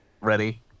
Ready